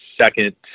second